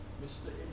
Mr